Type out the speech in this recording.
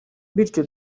bityo